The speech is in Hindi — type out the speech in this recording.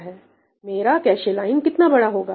मेरा कैशे लाइन कितना बड़ा होगा